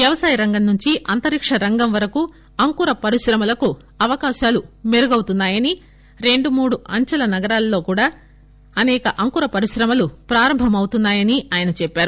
వ్యవసాయ రంగం నుంచి అంతరిక్ష రంగం వరకు అంకుర పరిశ్రమలకు అవకాశాలు మెరుగవుతున్నాయని రెండు మూడు అంచెల నగరాల్లో కూడా అసేక అంకుర పరిశ్రమలు ప్రారంభం అవుతున్నాయని ఆయన చెప్పారు